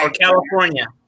California